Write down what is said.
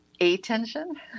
attention